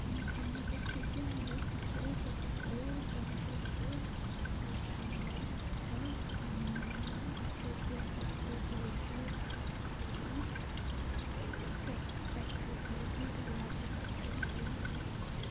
अब त्यसले चाहिँ अहिले थुप्रो प्रकारको पल्युसनहरू सामना गरिरहेको छ जस्तै कि अब एयर पल्युसन एयर पल्युसन पनि थुप्रै फ्याक् फ्याक्ट्रीहरूले ठुल्ठुलो अब फ्याक्ट्रीहरू इन्डस्ट्रीहरू अब